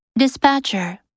Dispatcher